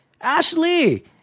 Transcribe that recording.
Ashley